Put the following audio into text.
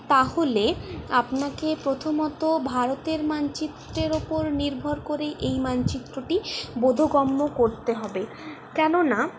তাহলে আপনাকে প্রথমত ভারতের মানচিত্রের ওপর নির্ভর করেই এই মানচিত্রটি বোধগম্য করতে হবে কেননা